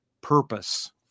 purpose